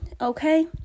Okay